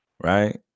right